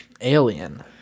alien